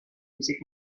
music